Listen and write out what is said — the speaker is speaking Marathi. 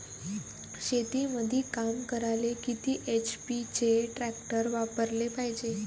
शेतीमंदी काम करायले किती एच.पी चे ट्रॅक्टर वापरायले पायजे?